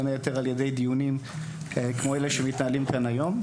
בין היתר על ידי דיונים כמו אלה שמתנהלים כאן היום.